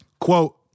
Quote